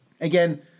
Again